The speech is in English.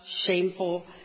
shameful